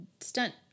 stunt